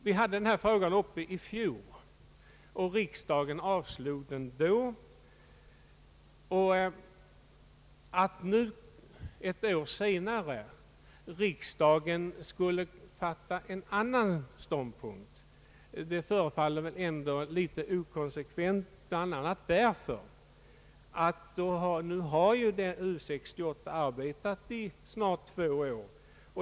Denna fråga var uppe också i fjol, och då avslog riksdagen den. Att nu ett år senare riksdagen skulle inta en annan ståndpunkt förefaller ändå litet inkonsekvent, bl.a. därför att U 68 nu har arbetat i snart två år.